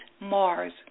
Mars